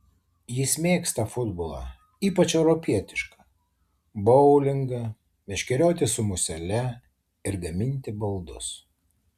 jis mėgsta futbolą ypač europietišką boulingą meškerioti su musele ir gaminti baldus